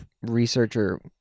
researcher